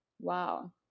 Wow